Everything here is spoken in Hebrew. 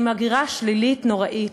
עם הגירה שלילית נוראה,